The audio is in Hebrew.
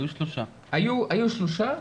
היו שלושה.